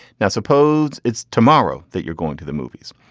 now suppose it's tomorrow that you're going to the movies.